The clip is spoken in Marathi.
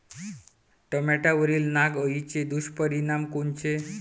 टमाट्यावरील नाग अळीचे दुष्परिणाम कोनचे?